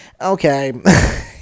Okay